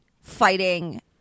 fighting